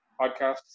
podcasts